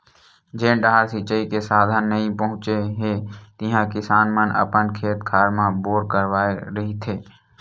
जेन डाहर सिचई के साधन नइ पहुचे हे तिहा किसान मन अपन खेत खार म बोर करवाए रहिथे